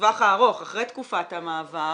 בטווח הארוך אחרי תקופת המעבר,